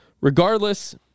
regardless